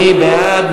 מי בעד?